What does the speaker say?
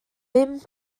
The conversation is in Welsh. bum